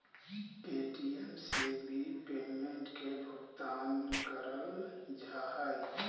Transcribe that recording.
Paytm से भी payment के भुगतान करल जा हय